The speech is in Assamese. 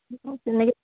অঁ তেনেকৈ